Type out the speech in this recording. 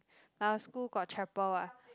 our school got chamber what